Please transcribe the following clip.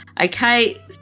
Okay